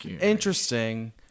interesting